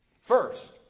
First